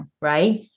right